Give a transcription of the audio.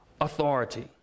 authority